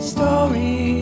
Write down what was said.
story